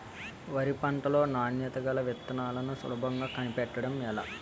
వరి పంట లో నాణ్యత గల విత్తనాలను సులభంగా కనిపెట్టడం ఎలా?